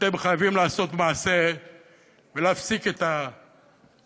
אתם חייבים לעשות מעשה ולהפסיק את L'Etat